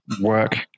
work